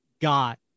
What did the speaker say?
got